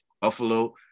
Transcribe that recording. Buffalo